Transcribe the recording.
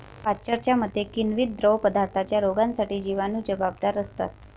पाश्चरच्या मते, किण्वित द्रवपदार्थांच्या रोगांसाठी जिवाणू जबाबदार असतात